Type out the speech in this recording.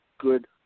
good